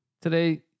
today